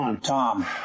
Tom